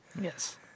Yes